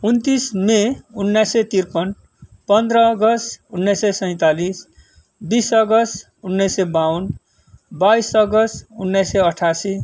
उन्तिस मे उन्नाइ सय त्रिपन पन्ध्र अगस्त उन्नाइस सय सैँतालिस बिस अगस्त उन्नाइस सय बावन बाइस अगस्त उन्नाइस सय अठ्ठासी